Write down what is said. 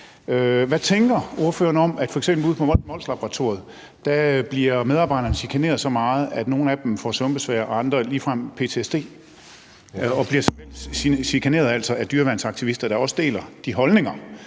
Hvad tænker ordføreren om, at f.eks. ude på Molslaboratoriet bliver medarbejderne chikaneret så meget, at nogle af dem får søvnbesvær og andre ligefrem får ptsd og altså bliver chikaneret af dyreværnsaktivister, der også deler de holdninger,